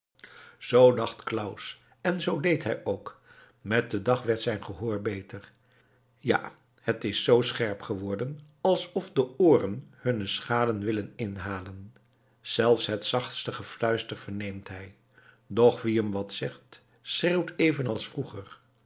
zoo dacht claus en zoo deed hij ook met den dag werd zijn gehoor beter ja het is z scherp geworden alsof de ooren hunne schade willen inhalen zelfs het zachtste gefluister verneemt hij doch wie hem wat zegt schreeuwt even als vroeger